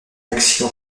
action